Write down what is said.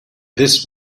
this